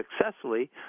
successfully